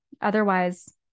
Otherwise